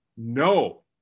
No